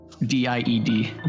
D-I-E-D